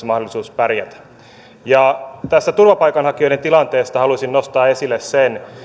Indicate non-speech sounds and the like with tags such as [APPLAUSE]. [UNINTELLIGIBLE] mahdollisuus pärjätä tästä turvapaikanhakijoiden tilanteesta haluaisin nostaa esille sen